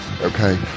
Okay